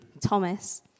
Thomas